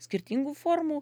skirtingų formų